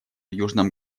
южном